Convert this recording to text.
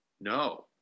No